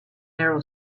narrow